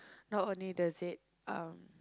not only does it uh